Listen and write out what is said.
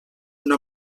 una